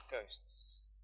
ghosts